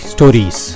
Stories